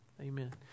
Amen